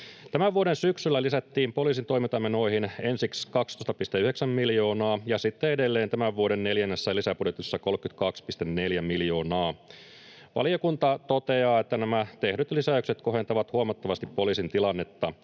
Tämän vuoden syksyllä lisättiin poliisin toimintamenoihin ensiksi 12,9 miljoonaa ja sitten edelleen tämän vuoden neljännessä lisäbudjetissa 32,4 miljoonaa. Valiokunta toteaa, että nämä tehdyt lisäykset kohentavat huomattavasti poliisin tilannetta.